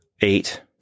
Eight